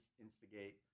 instigate